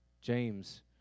James